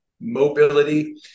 mobility